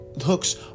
hooks